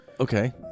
Okay